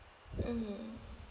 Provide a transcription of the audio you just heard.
mm